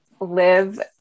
live